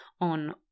on